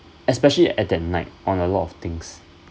especially at that night on a lot of things